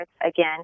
again